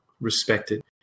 respected